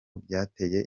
byateye